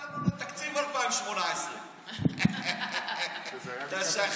אבל הצבעת איתנו על תקציב 2018. אתה שכחת?